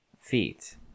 feet